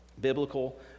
biblical